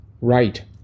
Right